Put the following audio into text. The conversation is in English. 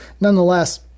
nonetheless